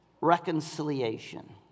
reconciliation